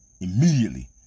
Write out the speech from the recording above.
Immediately